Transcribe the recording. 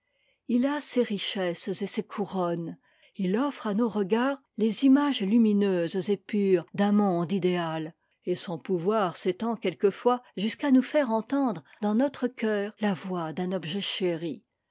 il a ses richesses et ses couronnes il offre à nos regards les images lumineuses et pures d'un monde idéal et son pouvoir s'étend quelquefois jusqu'à nous faire entendre dans notre cœur la voix d'un objet chéri